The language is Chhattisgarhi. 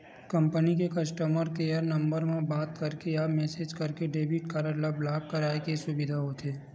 कंपनी के कस्टमर केयर नंबर म बात करके या मेसेज करके डेबिट कारड ल ब्लॉक कराए के सुबिधा होथे